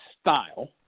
style